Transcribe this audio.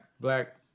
black